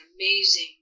amazing